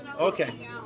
Okay